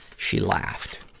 she laughed.